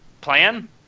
Plan